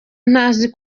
ntazi